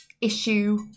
issue